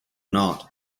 not